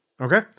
Okay